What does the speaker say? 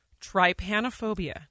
Trypanophobia